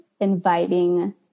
inviting